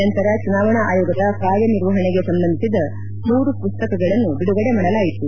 ನಂತರ ಚುನಾವಣಾ ಆಯೋಗದ ಕಾರ್ಯ ನಿರ್ವಹಣೆಗೆ ಸಂಬಂಧಿಸಿದ ಮೂರು ಪುಸ್ತಕಗಳನ್ನು ಬಿಡುಗಡೆ ಮಾಡಲಾಯಿತು